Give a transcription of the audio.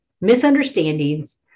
misunderstandings